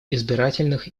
избирательных